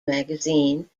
magazine